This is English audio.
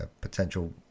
potential